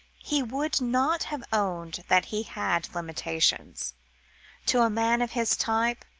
he would not have owned that he had limitations to a man of his type,